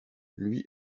lui